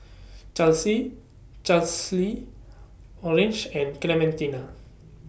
Charlsie Charlsie Orange and Clementina